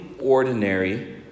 ordinary